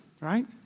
right